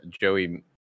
Joey